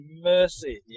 mercy